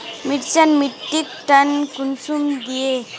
मिर्चान मिट्टीक टन कुंसम दिए?